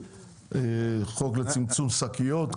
חוק לצמצום שקיות,